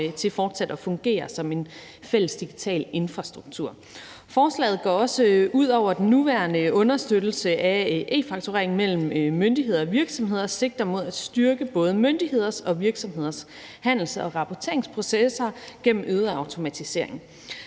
fortsat kommer til at fungere som en fælles digital infrastruktur. Forslaget går også videre end den nuværende understøttelse af e-fakturering mellem myndigheder og virksomheder og sigter mod at styrke både myndigheders og virksomheders handels- og rapporteringsprocesser gennem øget automatisering.